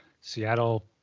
Seattle